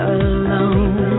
alone